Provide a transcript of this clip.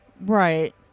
Right